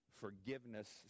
forgiveness